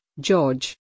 George